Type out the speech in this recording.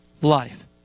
life